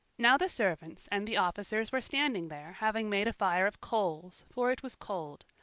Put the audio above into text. now the servants and the officers were standing there, having made a fire of coals, for it was cold.